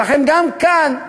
ולכן גם כאן,